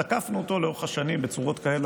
תקפנו אותו לאורך השנים בצורות כאלה